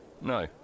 No